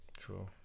True